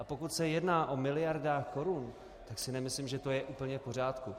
A pokud se jedná o miliardách korun, tak si nemyslím, že to je úplně v pořádku.